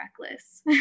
reckless